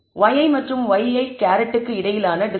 yi மற்றும் ŷi க்கு இடையிலான டிஸ்டன்ஸ்